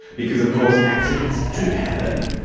because of course accidents do happen,